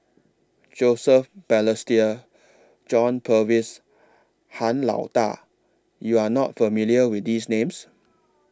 Joseph Balestier John Purvis Han Lao DA YOU Are not familiar with These Names